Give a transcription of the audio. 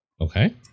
Okay